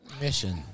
Mission